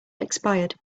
expired